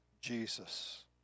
Jesus